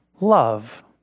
Love